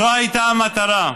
זו הייתה המטרה.